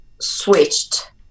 switched